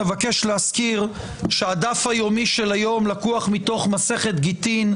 אבקש להזכיר שהדף היומי של היום לקוח מתוך מסכת גיטין,